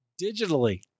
digitally